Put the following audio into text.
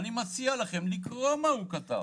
אני מציע לכם לקרוא מה הוא כתב.